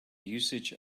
usage